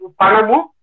Panamu